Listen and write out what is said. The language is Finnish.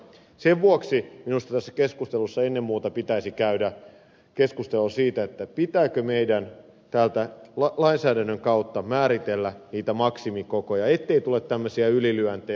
sen vuoksi minusta tässä keskustelussa ennen muuta pitäisi käydä keskustelua siitä pitääkö meidän täältä lainsäädännön kautta määritellä niitä maksimikokoja ettei tule tämmöisiä ylilyöntejä